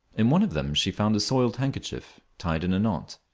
in one of them she found a soiled handkerchief tied in a knot.